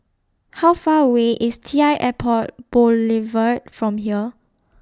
How Far away IS T L Airport Boulevard from here